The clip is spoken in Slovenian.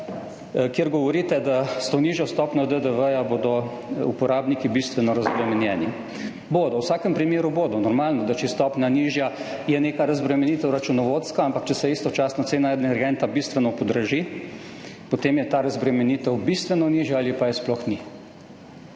kjer govorite, da bodo s to nižjo stopnjo DDV uporabniki bistveno razbremenjeni. Bodo, v vsakem primeru bodo, normalno, da če je stopnja nižja, je neka računovodska razbremenitev, ampak če se istočasno cena energenta bistveno podraži, potem je ta razbremenitev bistveno nižja ali pa je sploh ni.